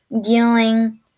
Dealing